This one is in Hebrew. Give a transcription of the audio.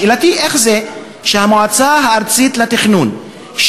שאלתי: איך זה שהמועצה הארצית לתכנון,